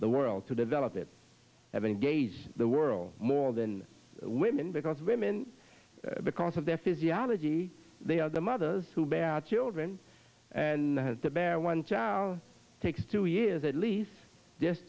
the world to develop it have engaged the world more than women because women because of their physiology they are the mothers who bear our children and bear one child takes two years at least just